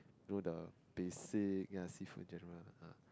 do the basic ya seafood general ah